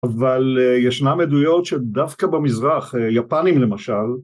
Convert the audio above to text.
אבל ישנם עדויות שדווקא במזרח, יפנים למשל